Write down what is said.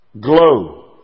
glow